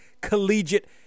collegiate